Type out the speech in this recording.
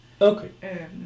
Okay